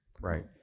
Right